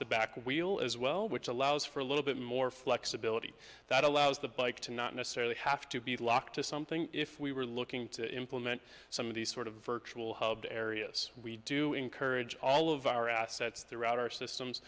the back wheel as well which allows for a little bit more flexibility that allows the bike to not necessarily have to be locked to something if we were looking to implement some of the sort of virtual hub areas we do encourage all of our assets throughout our systems